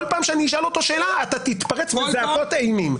כל פעם שאני אשאל אותו שאלה, תתפרץ בזעקות אימים.